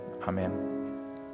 Amen